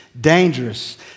dangerous